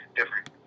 different